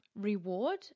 reward